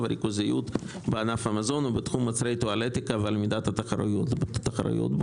הריכוזיות בענף המזון ובתחום מוצרי טואלטיקה ועל מידת התחרתיות בו.